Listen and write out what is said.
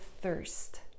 thirst